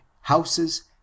houses